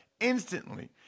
instantly